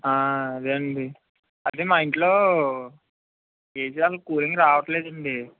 అదే అండి అట్లే మా ఇంట్లో ఏసీలో అంత కూలింగ్ రావట్లేదండి